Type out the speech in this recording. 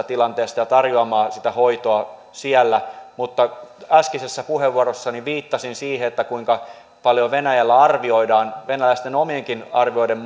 tilanteesta ja tarjoamaan sitä hoitoa siellä mutta äskeisessä puheenvuorossani viittasin siihen kuinka paljon venäjällä arvioidaan venäläisten omienkin arvioiden